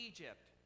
Egypt